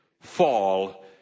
fall